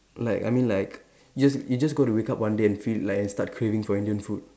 like I mean like you just you just got to wake up one day and feel like and start craving for Indian food